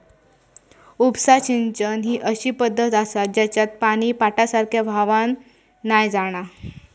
उपसा सिंचन ही अशी पद्धत आसा जेच्यात पानी पाटासारख्या व्हावान नाय जाणा